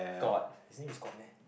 Kot his name is Kot meh